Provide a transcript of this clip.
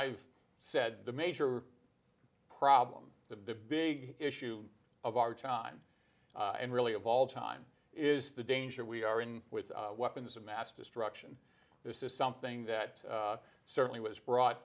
i've said the major problem the big issue of our time and really of all time is the danger we are in with weapons of mass destruction this is something that certainly was brought